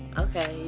okay. you